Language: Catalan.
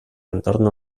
entorn